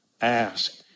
Ask